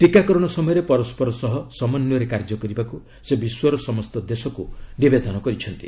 ଟିକାକରଣ ସମୟରେ ପରସ୍କର ସହ ସମନ୍ୱୟରେ କାର୍ଯ୍ୟ କରିବାକୁ ସେ ବିଶ୍ୱର ସମସ୍ତ ଦେଶକୁ ନିବେଦନ କରିଛନ୍ତି